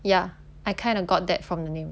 ya I kind of got that from the name